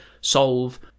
solve